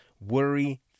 Worry